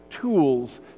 tools